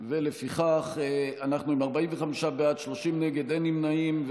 ולפיכך אנחנו עם 45 בעד, 30 נגד, אין נמנעים.